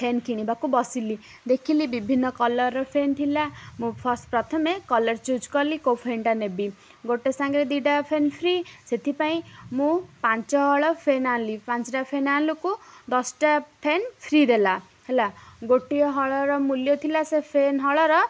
fan କିଣିବାକୁ ବସିଲି ଦେଖିଲି ବିଭିନ୍ନ କଲର୍ର ଫ୍ୟାନ୍ ଥିଲା ମୁଁ ଫାଷ୍ଟ୍ ପ୍ରଥମେ କଲର୍ ଚୁଜ୍ କଲି କେଉଁ ଫ୍ୟାନ୍ଟା ନେବି ଗୋଟେ ସାଙ୍ଗରେ ଦୁଇଟା ଫ୍ୟାନ୍ ଫ୍ରି ସେଥିପାଇଁ ମୁଁ ପାଞ୍ଚ ହଳ ଫ୍ୟାନ୍ ଆଣିଲି ପାଞ୍ଚଟା ଫ୍ୟାନ୍ ଆଣିଲକୁ ଦଶଟା ଫ୍ୟାନ୍ ଫ୍ରି ଦେଲା ହେଲା ଗୋଟିଏ ହଳର ମୂଲ୍ୟ ଥିଲା ସେ ଫ୍ୟାନ୍ ହଳର